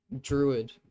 druid